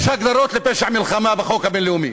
יש הגדרות לפשע מלחמה בחוק הבין-לאומי,